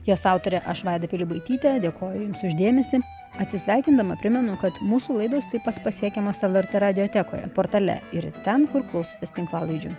jos autorė aš vaida pilibaitytė dėkoju jums už dėmesį atsisveikindama primenu kad mūsų laidos taip pat pasiekiamos lrt radiotekoje portale ir ten kur klausotės tinklalaidžių